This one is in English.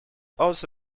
also